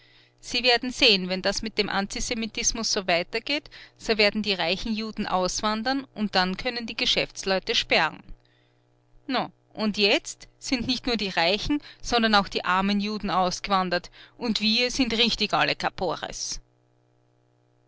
sie werden sehen wenn das mit dem antisemitismus so weitergeht so werden die reichen juden auswandern und dann können die geschäftsleute sperren na und jetzt sind nicht nur die reichen sondern auch die armen juden ausgewandert und wir sind richtig alle